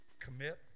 commit